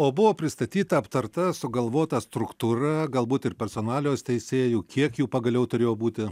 o buvo pristatyta aptarta sugalvota struktūra galbūt ir personalijos teisėjų kiek jų pagaliau turėjo būti